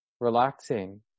relaxing